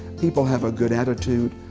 people have a good attitude,